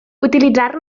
utilitzar